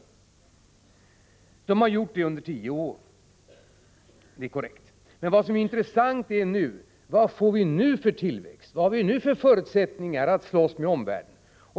De har gjort det under tio år — det är korrekt. Men vad som är intressant är: Vad får vi nu för tillväxt, vad har vi nu för förutsättningar att slåss med omvärlden?